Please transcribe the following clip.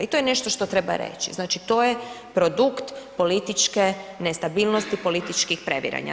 I to je nešto što treba reći, znači to je produkt političke nestabilnosti, političkih previranja.